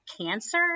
cancer